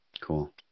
Cool